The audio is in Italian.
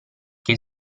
che